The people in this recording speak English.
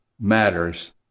matters